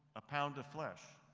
a pound of flesh,